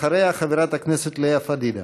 אחריה, חברת הכנסת לאה פדידה.